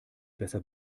besser